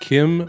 Kim